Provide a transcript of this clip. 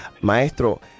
Maestro